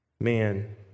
man